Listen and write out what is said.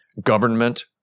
government